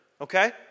okay